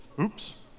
Oops